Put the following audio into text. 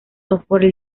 software